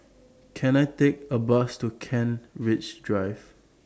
Can I Take A Bus to Kent Ridge Drive